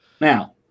now